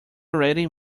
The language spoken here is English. already